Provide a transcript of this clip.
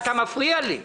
אתה מפריע לי.